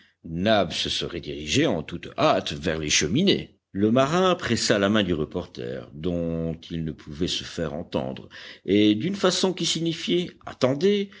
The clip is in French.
nab se serait dirigé en toute hâte vers les cheminées le marin pressa la main du reporter dont il ne pouvait se faire entendre et d'une façon qui signifiait attendez